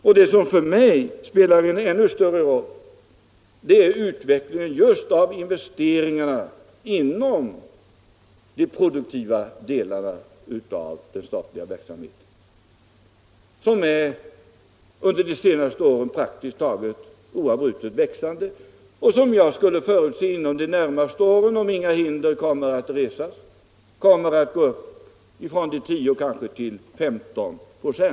Och det som för mig spelar en ännu större roll är utvecklingen just av investeringarna inom de produktiva delarna av den statliga verksamheten. Denna har under de senaste åren praktiskt taget oavbrutet växt, och om inga hinder kommer att resas förutser jag att den inom de närmaste åren kommer att gå upp från 10 96 till kanske 15 96 och mer.